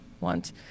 want